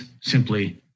simply